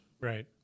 Right